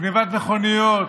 גנבת מכוניות,